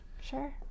Sure